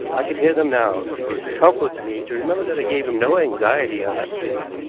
i can hear them now. it is a comfort to me to remember that i gave him no anxiety on that score.